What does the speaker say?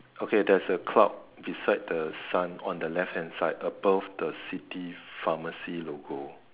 okay there's a cloud beside the sun on the left hand side above the city pharmacy logo